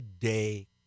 day